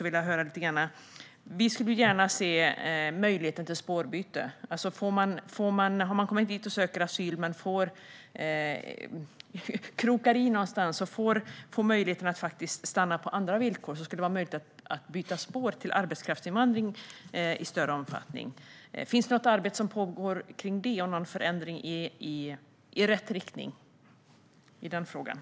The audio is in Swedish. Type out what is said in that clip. Vi ser gärna att det finns en möjlighet till spårbyte. Om man har kommit hit och söker asyl men krokar i någonstans och får möjlighet att stanna på andra villkor borde man i större omfattning kunna byta spår till att bli arbetskraftsinvandrare. Pågår något arbete med en förändring i rätt riktning vad gäller detta?